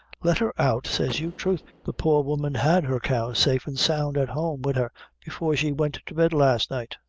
let her out, says you. troth, the poor woman had her cow safe and sound at home wid her before she went to bed last night,